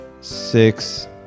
Six